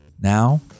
Now